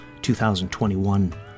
2021